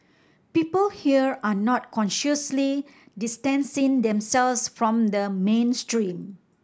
people here are not consciously distancing themselves from the mainstream